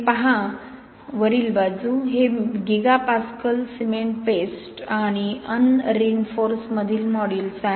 तर हे पहा वरील बाजू हे गिगापास्कल सिमेंट पेस्ट आणि अन रीनफोर्समधील मॉड्यूलस आहे आणि 0